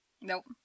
Nope